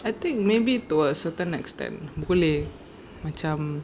I think maybe to a certain extent boleh macam